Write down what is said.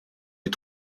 die